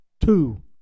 two